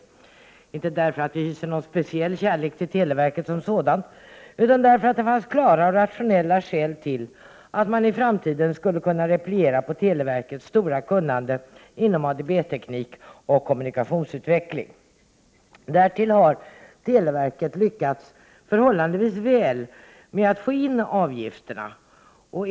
Vi säger detta inte därför att vi hyser speciell kärlek till televerket utan därför att det funnits klara och rationella skäl till att man i framtiden skulle kunna repliera på televerkets stora kunnande inom ADB-teknik och kommunikationsutveckling. Dessutom har televerket lyckats förhållandevis väl med att få in avgifterna.